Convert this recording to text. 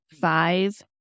Five